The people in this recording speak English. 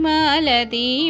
Malati